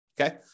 Okay